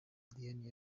diane